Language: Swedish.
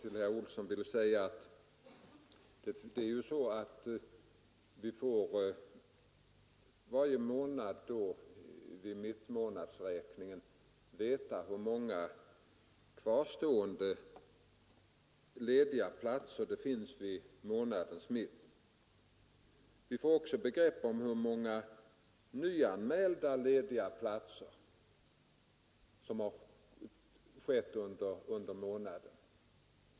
Herr talman! Till herr Olsson i Edane vill jag säga att vi får vid mittmånadsräkningen veta hur många kvarstående lediga platser det finns vid mitten av varje månad. Vi får också ett begrepp om hur många nya lediga platser som har anmälts under månaden.